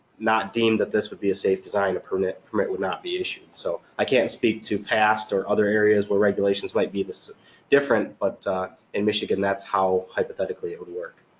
not deemed that this would be a safe design, a permit permit would not be issued, so i can't speak to past or other areas where regulations might be different but in michigan, that's how hypothetically it would work.